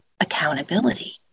accountability